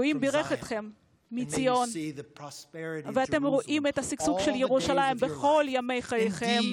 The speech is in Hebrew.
מציון וראה בטוב ירושלם כל ימי חייך.